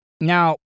Now